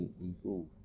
improve